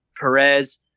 Perez